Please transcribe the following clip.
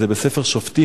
זה בספר שופטים,